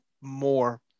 more